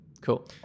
Cool